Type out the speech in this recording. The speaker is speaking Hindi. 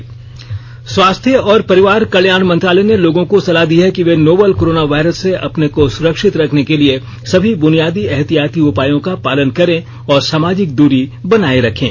स्वास्थ्य एडवाइजरी स्वास्थ्य और परिवार कल्यापा मंत्रालय ने लोगों को सलाह दी है कि वे नोवल कोरोना वायरस से अपने को सुरक्षित रखने के लिए सभी बुनियादी एहतियाती उपायों का पालन करें और सामाजिक दूरी बनाए रखें